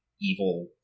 evil